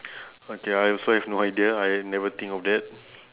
okay I also have no idea I never think of that